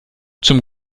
zum